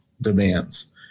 demands